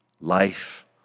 life